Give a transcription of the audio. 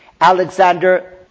Alexander